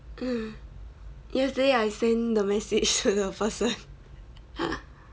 mm yesterday I send the message to the person